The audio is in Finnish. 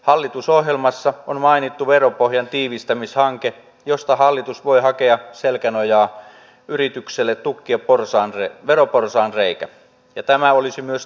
hallitusohjelmassa on mainittu veropohjan tiivistämishanke josta hallitus voi hakea selkänojaa yritykselle tukkia veroporsaanreikä ja tämä olisi myös tehtävä